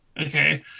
okay